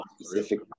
specific